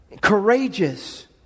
courageous